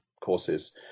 courses